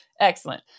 Excellent